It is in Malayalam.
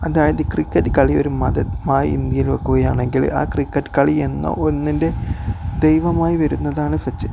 അതായത് ക്രിക്കറ്റ് കളി ഒരു മതമായി ഇന്ത്യയിൽ വയ്ക്കുകയാണെങ്കിൽ ആ ക്രിക്കറ്റ് കളി എന്ന ഒന്നിൻ്റെ ദൈവമായി വരുന്നതാണ് സച്ചിൻ